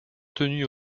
tenue